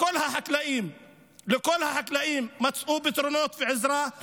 לכל החקלאים מצאו פתרונות ועזרה,